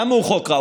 למה הוא חוק רע?